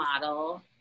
model